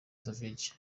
savage